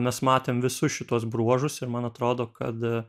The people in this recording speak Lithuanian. mes matėm visus šituos bruožus ir man atrodo kad